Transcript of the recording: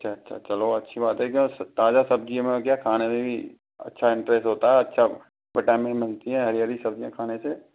अच्छा अच्छा चलो अच्छी बात है क्या है ताज़ा सब्ज़ियों में क्या खाने में भी अच्छा इंटरेस्ट होता है अच्छा विटामिन मिलता है हरी हरी सब्ज़ियाँ खाने से